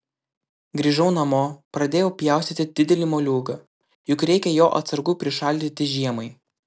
grįžau namo pradėjau pjaustyti didelį moliūgą juk reikia jo atsargų prišaldyti žiemai